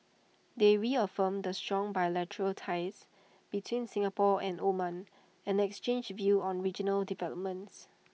they reaffirmed the strong bilateral ties between Singapore and Oman and exchanged views on regional developments